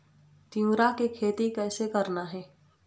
तिऊरा के खेती कइसे करना हे?